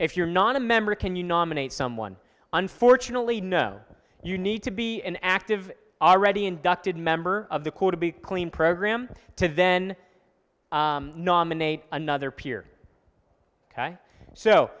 if you're not a member can you nominate someone unfortunately no you need to be an active already inducted member of the corps to be clean program to then nominate another